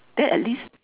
then at least